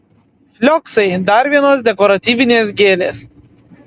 flioksai dar vienos dekoratyvinės gėlės